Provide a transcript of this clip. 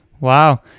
Wow